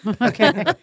Okay